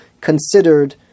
considered